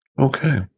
Okay